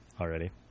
already